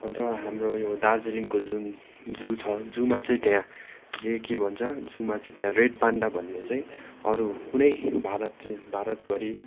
अन्त हाम्रो यो दार्जिलिङको जुन जू छ जूमा चाहिँ त्यहाँ के भन्छ जूमा चाहिँ त्यहाँ रेड पान्डा भन्ने चाहिँ अरू कुनै भारत चाहिँ भारतभरि